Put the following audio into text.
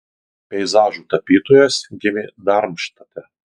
peizažų tapytojas gimė darmštate